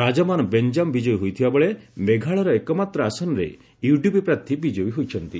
ରାଜମାନ ବେଞ୍ଜାମ୍ ବିଜୟୀ ହୋଇଥିବାବେଳେ ମେଘାଳୟର ଏକମାତ୍ର ଆସନରେ ୟୁଡିପି ପ୍ରାର୍ଥୀ ବିଜୟୀ ହୋଇଛନ୍ତି